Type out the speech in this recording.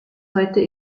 heute